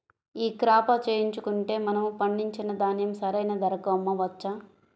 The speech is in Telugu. ఈ క్రాప చేయించుకుంటే మనము పండించిన ధాన్యం సరైన ధరకు అమ్మవచ్చా?